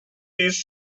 these